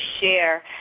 share